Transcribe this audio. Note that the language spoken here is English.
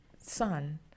son